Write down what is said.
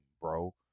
bro